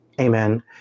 Amen